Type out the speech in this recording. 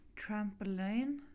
trampoline